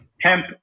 Hemp